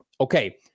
okay